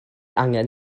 angen